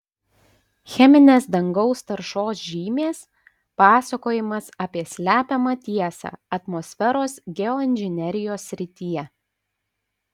cheminės dangaus taršos žymės pasakojimas apie slepiamą tiesą atmosferos geoinžinerijos srityje